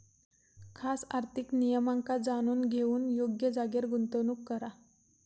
खास आर्थिक नियमांका जाणून घेऊन योग्य जागेर गुंतवणूक करा